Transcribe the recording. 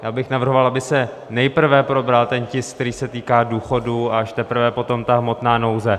Já bych navrhoval, aby se nejprve probral ten tisk, který se týká důchodů, a až teprve potom ta hmotná nouze.